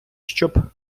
щоб